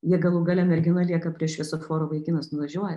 jie galų gale mergina lieka prie šviesoforo vaikinas nuvažiuoja